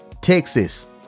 Texas